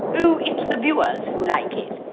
oh, it's the viewers who like it.